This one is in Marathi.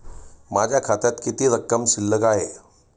माझ्या खात्यात किती रक्कम शिल्लक आहे?